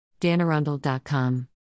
DanArundel.com